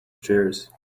chairs